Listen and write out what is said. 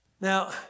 Now